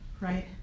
right